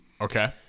Okay